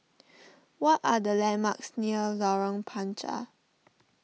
what are the landmarks near Lorong Panchar